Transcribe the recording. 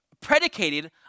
predicated